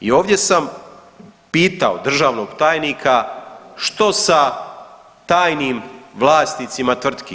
I ovdje sam pitao državnog tajnika što sa tajnim vlasnicima tvrtki.